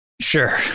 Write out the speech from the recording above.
Sure